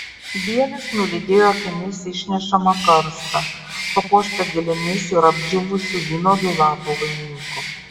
bielis nulydėjo akimis išnešamą karstą papuoštą gėlėmis ir apdžiūvusių vynuogių lapų vainiku